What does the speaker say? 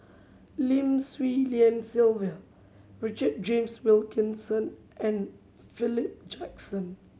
Lim Swee Lian Sylvia Richard James Wilkinson and Philip Jackson